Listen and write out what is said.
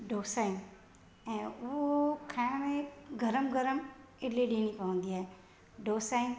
डोसा आहिनि ऐं उहो खाइण में गरम गरम इडली ॾियणी पवंदी आहे डोसा